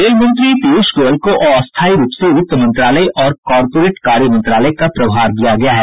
rail मंत्री पीयूष गोयल को अस्थाई रूप से वित्त मंत्रालय और कार्पोरेट कार्य मंत्रालय का प्रभार दिया गया है